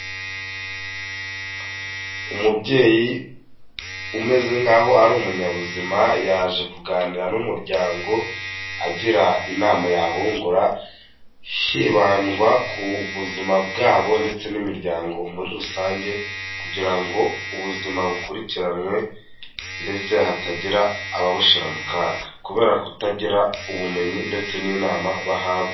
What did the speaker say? Umubyeyi umeze nk'aho ari umunyabuzima yaje kuganira n'umuryango agira inama yabungura, hibandwa ku buzima bwabo ndetse n'imiryango muri rusange kugira ngo ubuzima bukurikiranwe ndetse hatagira ababushira mu kaga kubera kutagira ubumenyi ndetse n'inama bahabwa.